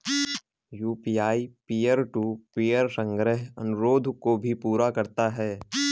UPI peer to peer संग्रह अनुरोध को भी पूरा करता है